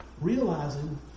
Realizing